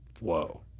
whoa